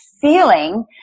feeling